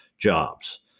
jobs